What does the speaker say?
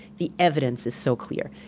the evidence is so clear.